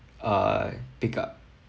I pick up